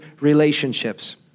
relationships